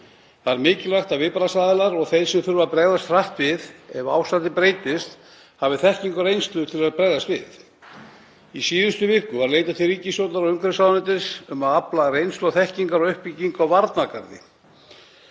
Það er mikilvægt að viðbragðsaðilar og þeir sem þurfa að bregðast hratt við ef ástandið breytist hafi þekkingu og reynslu til að bregðast við. Í síðustu viku var leitað til ríkisstjórnar og umhverfisráðuneytis um að afla reynslu og þekkingar á uppbyggingu á varnargarði.